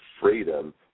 freedom